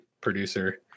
producer